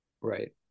right